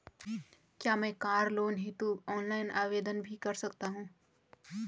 क्या मैं car loan हेतु ऑनलाइन आवेदन भी कर सकता हूँ?